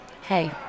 Hey